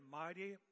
mighty